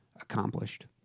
accomplished